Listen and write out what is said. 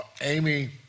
Amy